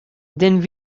then